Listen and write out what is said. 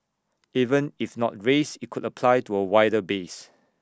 even if not raised IT could apply to A wider base